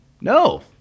No